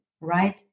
right